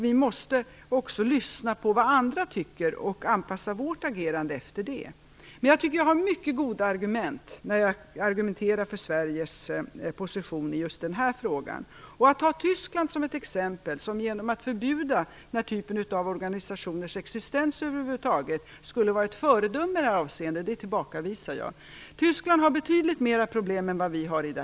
Vi måste också lyssna på vad andra tycker och anpassa vårt agerande efter det. Men jag tycker att jag har mycket goda argument när jag talar för Sveriges position i just den här frågan. Att ta Tyskland som exempel på ett land som, genom att förbjuda den här typen av organisationers existens över huvud taget, skulle vara ett föredöme i det här avseendet tillbakavisar jag. Tyskland har betydligt större problem än vi har.